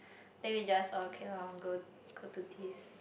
then we just okay loh go go to this